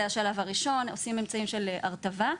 עושים אמצעים של הרטבה,